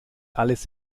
alles